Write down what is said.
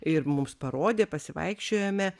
ir mums parodė pasivaikščiojome